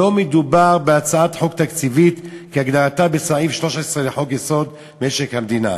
לא מדובר בהצעת חוק תקציבית כהגדרתה בסעיף 13 לחוק-יסוד: משק המדינה."